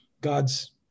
God's